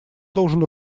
должен